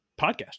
podcast